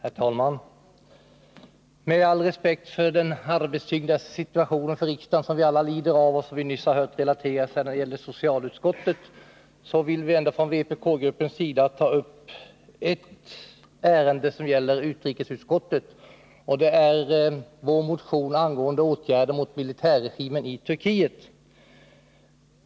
Herr talman! Med all respekt för riksdagens arbetssituation, som vi alla lider av och som vi nyss hörde beskrivas när det gällde socialutskottets ärenden, vill vi ändå från vpk-gruppens sida ta upp ett ärende som avser utrikesutskottet, nämligen vår motion angående åtgärder mot militärregimen i Turkiet.